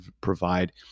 provide